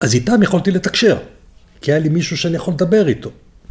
‫אז איתם יכולתי לתקשר, ‫כי היה לי מישהו שאני יכול לדבר איתו.